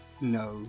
no